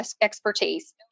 expertise